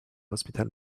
hospital